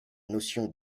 notion